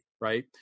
right